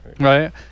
right